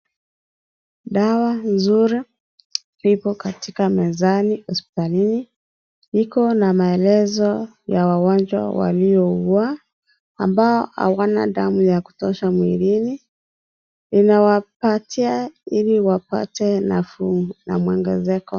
Dawa nzuri lipo Katika mezani hospitalini. Liko na maelezo ya wagonjwa waliougua. Ambao hawana damu ya kutosha mwilini. Inawapatia ili wapate nafuu na mwongezeko.